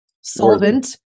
solvent